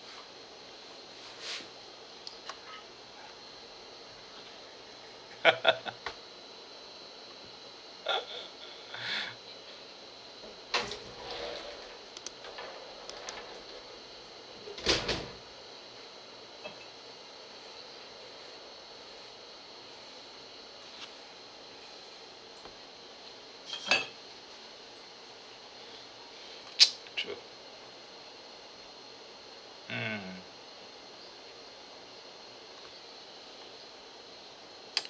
true mm